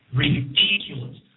ridiculous